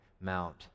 Mount